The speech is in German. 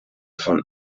von